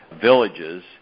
villages